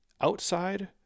Outside